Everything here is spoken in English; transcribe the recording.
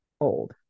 old